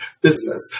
business